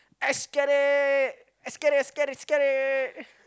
esketit esketit esketit esketit